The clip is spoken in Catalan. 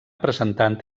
presentant